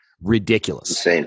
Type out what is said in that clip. ridiculous